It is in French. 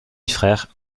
frères